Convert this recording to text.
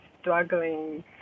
struggling